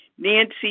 Nancy